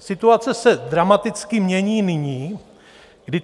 Situace se dramaticky mění nyní, kdy